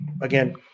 Again